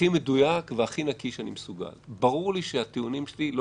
בכל מצב ואנחנו הוספנו שסיטואציית הבחירה הזאת